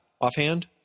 offhand